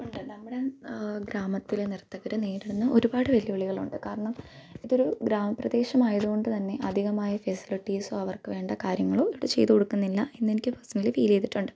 നമ്മുടെ ഗ്രാമത്തിലെ നർത്തകർ നേരിടുന്ന ഒരുപാട് വെല്ലുവിളികളുണ്ട് കാരണം ഇതൊരു ഗ്രാമപ്രദേശമായത് കൊണ്ട് തന്നെ അധികമായി ഫെസിലിറ്റീസ് അവർക്ക് വേണ്ട കാര്യങ്ങളൊക്കെ ഇവിടെ ചെയ്തു കൊടുക്കുന്നില്ല എന്ന് എനിക്ക് പേഴ്സണലി ഫീൽ ചെയ്തിട്ടുണ്ട്